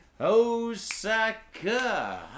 Osaka